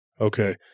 okay